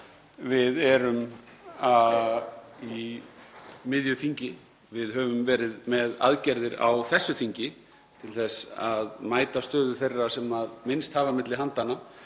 Við erum í miðju þingi og höfum verið með aðgerðir á þessu þingi til þess að mæta stöðu þeirra sem minnst hafa á milli handanna.